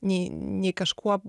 nei nei kažkuo